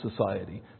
society